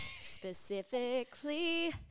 specifically